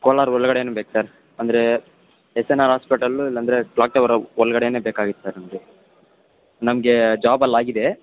ಕೋಲಾರ ಒಳ್ಗಡೆನೆ ಬೇಕು ಸರ್ ಅಂದರೆ ಎಸ್ ಎನ್ ಆರ್ ಹಾಸ್ಪೆಟಲು ಇಲ್ಲಂದರೆ ಕ್ಲಾಕ್ ಟವರ್ ಒಳ್ಗಡೆನೆ ಬೇಕಾಗಿತ್ತು ಸರ್ ನಮಗೆ ನಮಗೆ ಜಾಬ್ ಅಲ್ಲಿ ಆಗಿದೆ